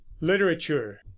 literature